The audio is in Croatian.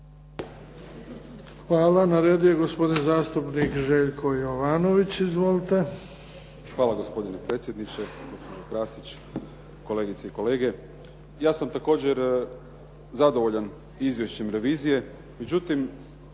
Hvala. Na redu je gospodin zastupnik Željko Jovanović. Izvolite. **Jovanović, Željko (SDP)** Hvala, gospodine predsjedniče. Gospođo Krasić, kolegice i kolege. Ja sam također zadovoljan izvješćem revizije, međutim